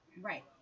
Right